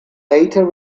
later